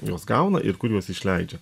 juos gauna ir kur juos išleidžia